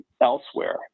elsewhere